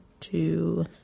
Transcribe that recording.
two